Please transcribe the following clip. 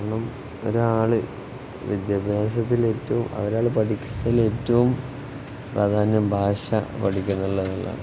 കാരണം ഒരാൾ വിദ്യാഭ്യാസത്തിൽ ഏറ്റവും അ ഒരാൾ പഠിക്കുന്നതിൽ ഏറ്റവും പ്രാധാന്യം ഭാഷ പഠിക്കുന്നു എന്നുള്ളതാണ്